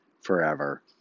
forever